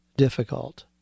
Difficult